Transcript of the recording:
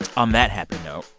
on that happy note,